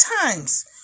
times